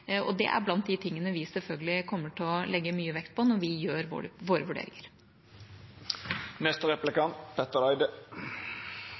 Det er blant de tingene vi selvfølgelig kommer til å legge mye vekt på når vi gjør våre vurderinger.